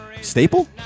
staple